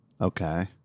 Okay